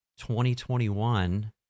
2021